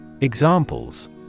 Examples